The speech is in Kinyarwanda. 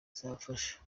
izabafasha